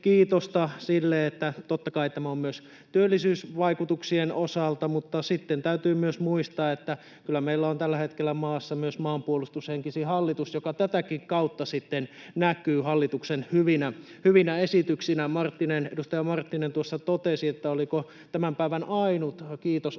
kiitosta sille, että totta kai tämä on hyvä myös työllisyysvaikutuksien osalta. Mutta sitten täytyy myös muistaa, että kyllä meillä on tällä hetkellä maassa myös maanpuolustushenkisin hallitus, mikä tätäkin kautta sitten näkyy hallituksen hyvinä esityksinä. Edustaja Marttinen tuossa totesi, että oliko tämän päivän ainut kiitos opposition